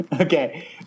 Okay